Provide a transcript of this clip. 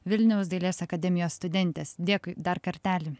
vilniaus dailės akademijos studentės dėkui dar kartelį